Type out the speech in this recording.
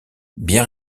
bien